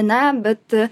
na bet